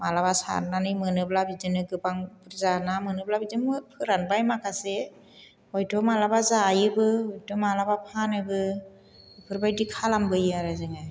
माब्लाबा सारनानै मोनोब्ला बिदिनो गोबां बुर्जा ना मोनोब्ला बिदिनो फोरानबाय माखासे हयथ' माब्लाबा जायोबो हयथ' माब्लाबा फानोबो बेफोरबायदि खालामबोयो आरो जोङो